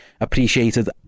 appreciated